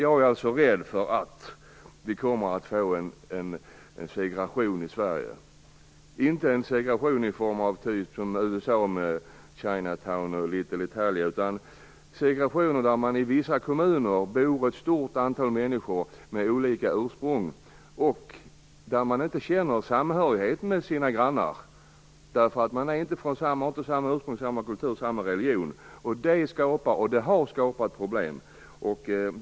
Jag är alltså rädd för att vi kommer att få en segregation i Sverige; inte en segregation i form av den i USA, med Chinatown och Little Italy, utan en segregation i form av att det i vissa kommuner bor ett stort antal människor med olika ursprung och där man inte känner samhörigheten med sina grannar därför att man inte har samma ursprung, samma kultur och samma religion. Det har skapat och skapar problem.